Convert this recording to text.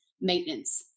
maintenance